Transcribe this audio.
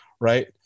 right